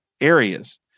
areas